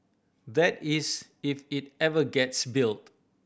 that is if it ever gets built